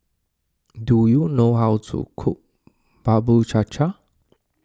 do you know how to cook Bubur Cha Cha